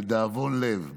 לדאבון לב,